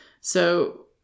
So-